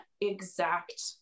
exact